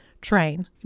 train